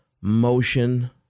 motion